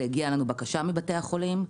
זה הגיע אלינו כבקשה מבתי החולים,